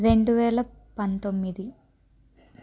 రెండు వేల పంతొమ్మిది